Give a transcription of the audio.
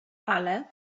ale